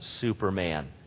Superman